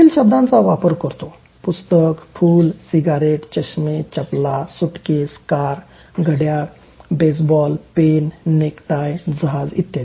तो पुढील शब्दांचा वापर करतो पुस्तक फुल सिगारेट चष्मे चपला सुटकेस कार घड्याळ बेसबॉल पेन नेकटाय जहाज इ